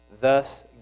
thus